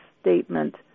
statement